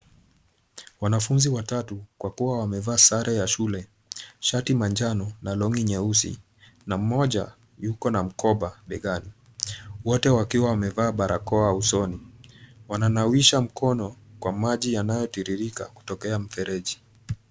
Wanafunzi watatu kwa kuwa wamevaa sare ya shule, shati manjano na long'i nyeusi na mmoja yuko na mkoba begani. Wote wakiwa wamevaa barakoa usoni. Wananawisha mkono kwa maji yanayotiririka kutokea mfereji.